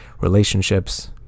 relationships